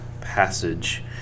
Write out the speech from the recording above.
passage